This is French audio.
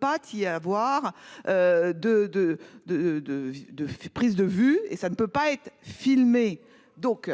De de de de de prise de vue et ça ne peut pas être filmé donc